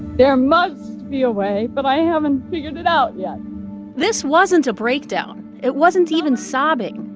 there must be a way, but i haven't figured it out yet this wasn't a breakdown. it wasn't even sobbing.